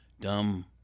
dumb